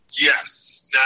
Yes